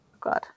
God